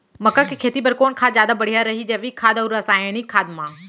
मक्का के खेती बर कोन खाद ह जादा बढ़िया रही, जैविक खाद अऊ रसायनिक खाद मा?